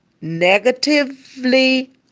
negatively